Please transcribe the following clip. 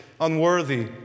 unworthy